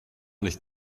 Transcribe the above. nicht